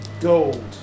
gold